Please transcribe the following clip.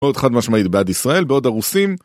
חד משמעית בעד ישראל, בעוד הרוסים